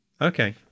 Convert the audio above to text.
Okay